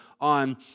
on